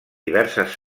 diverses